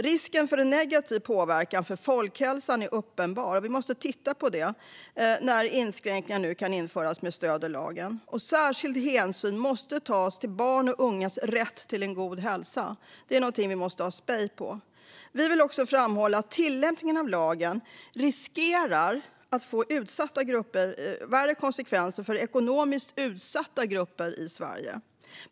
Risken för en negativ påverkan på folkhälsan är uppenbar - vi måste titta på det - när inskränkningar nu kan införas med stöd i lagen. Särskild hänsyn måste tas till barns och ungas rätt till en god hälsa. Det är någonting vi måste ha spej på. Vi vill också framhålla att tillämpningen av lagen riskerar att få värre konsekvenser för ekonomiskt utsatta grupper i Sverige.